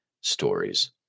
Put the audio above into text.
stories